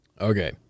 Okay